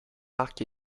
marc